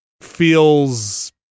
feels